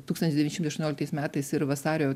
tūkstantis devyni šimtai aštuonioliktais metais ir vasario